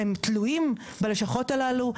הם תלויים בלשכות הללו,